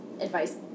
advice